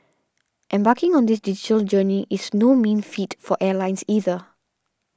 embarking on this digital journey is no mean feat for airlines either